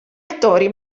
attori